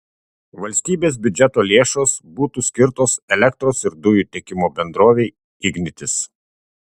valstybės biudžeto lėšos būtų skirtos elektros ir dujų tiekimo bendrovei ignitis